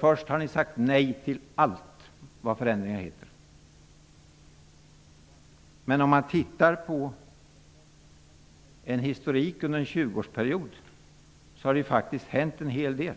Först sade ni nej till allt vad förändringar heter. Men om man ser på historien under en 20-årsperiod har det faktiskt hänt en hel del.